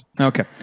Okay